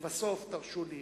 לבסוף, הרשו לי